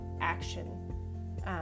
action